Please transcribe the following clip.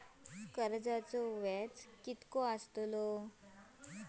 कर्जाचो व्याज कीती असताला?